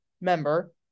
member